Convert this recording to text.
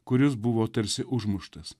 kuris buvo tarsi užmuštas